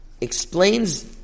explains